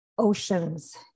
oceans